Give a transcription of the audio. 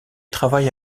travaille